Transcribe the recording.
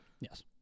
Yes